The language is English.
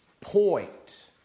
point